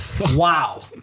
Wow